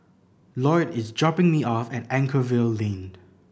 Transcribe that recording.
Loyd is dropping me off at Anchorvale Lane